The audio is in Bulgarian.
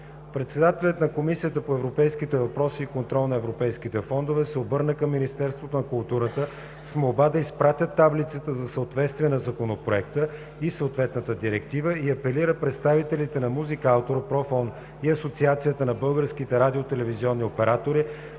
Председателят на Комисията по европейските въпроси и контрол на европейските фондове се обърна към Министерството на културата с молба да изпратят таблицата за съответствие на Законопроекта и съответната директива и апелира представителите на „Музикаутор“, „Профон“ и Асоциацията на българските радио-телевизионни оператори